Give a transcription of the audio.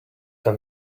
them